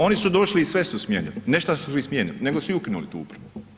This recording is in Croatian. Oni su došli i sve su smijenili, ne šta su ih smijenili nego su i ukinuli tu upravu.